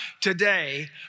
today